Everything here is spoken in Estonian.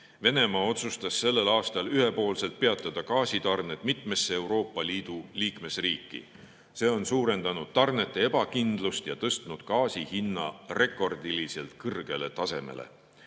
Venemaa otsustas sellel aastal ühepoolselt peatada gaasitarned mitmesse Euroopa Liidu liikmesriiki. See on suurendanud tarnete ebakindlust ja tõstnud gaasi hinna rekordiliselt kõrgele tasemele.